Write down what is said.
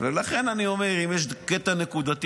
ולכן אני אומר שאם יש קטע נקודתי,